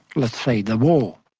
let's say, the war.